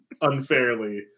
unfairly